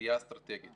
ראייה אסטרטגית